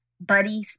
Buddy